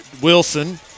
Wilson